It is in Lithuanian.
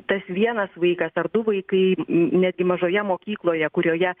tas vienas vaikas ar du vaikai n netgi mažoje mokykloje kurioje